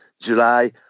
July